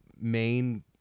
main